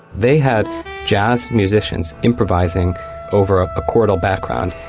they had jazz musicians improvising over a ah chordal background.